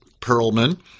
Perlman